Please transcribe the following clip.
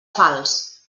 falç